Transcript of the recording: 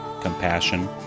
compassion